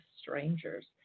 strangers